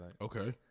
Okay